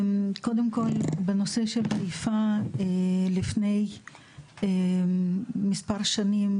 קודם כל בנושא של חיפה לפני מספר שנים,